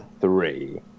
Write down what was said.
three